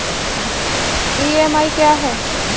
EMI क्या है?